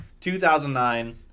2009